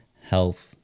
health